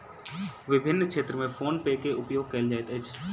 विभिन्न क्षेत्र में फ़ोन पे के उपयोग कयल जाइत अछि